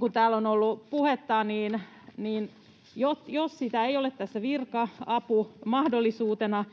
kuin täällä on ollut puhetta, jos sitä ei ole tässä virka-apumahdollisuutena,